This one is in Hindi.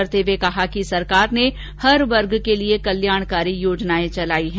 श्रीमती राजे ने कहा कि सरकार ने हर वर्ग के लिए कल्याणकारी योजनाएं चलाई हैं